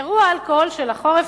אירוע אלכוהול של החורף.